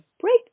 break